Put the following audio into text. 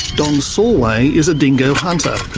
don sallway is a dingo hunter,